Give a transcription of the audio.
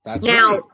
Now